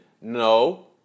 no